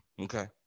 Okay